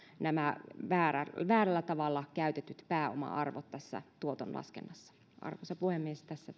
nämä väärällä väärällä tavalla käytetyt pääoma arvot tässä tuoton laskennassa arvoisa puhemies tässä